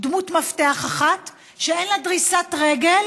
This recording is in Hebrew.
דמות מפתח אחת שאין לה דריסת רגל